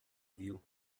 view